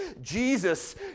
Jesus